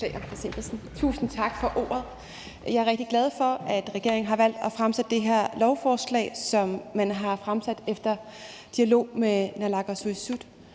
Tusind tak for ordet. Jeg er rigtig glad for, at regeringen har valgt at fremsætte det her lovforslag, som man har fremsat efter dialog med naalakkersuisut.